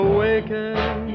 Awaken